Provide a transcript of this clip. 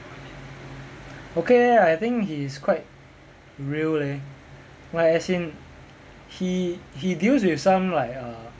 okay leh I think he's quite real leh like as in he he deals with some like err